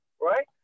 Right